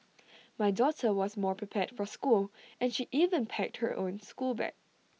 my daughter was more prepared for school and she even packed her own schoolbag